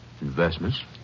investments